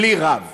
בלי רב.